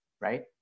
right